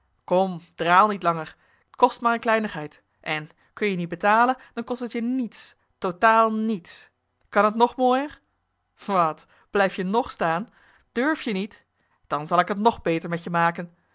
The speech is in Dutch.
kom draal niet langer t kost maar eene kleinigheid en kun-je niet betalen dan kost het je niets totaal niets kan het nog mooier wat blijf je nog staan durf je niet dan zal ik het nog beter met je maken